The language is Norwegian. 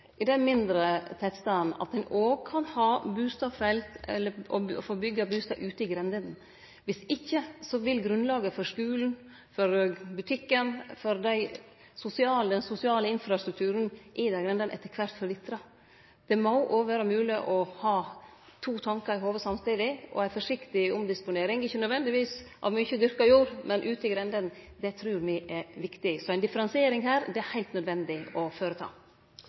På den andre sida er det viktig – på bygda, i dei mindre tettstadene – at ein òg kan få byggje bustader ute i grendene, viss ikkje vil grunnlaget for skulen, for butikken – for den sosiale infrastrukturen – etter kvart forvitre. Det må vere mogleg å ha to tankar i hovudet samtidig. Ei forsiktig omdisponering, ikkje nødvendigvis av mykje dyrka jord, men ute i grendene, trur me er viktig. Så ei differensiering her er heilt nødvendig. Det å